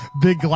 big